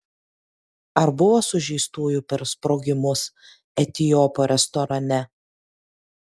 ar buvo sužeistųjų per sprogimus etiopo restorane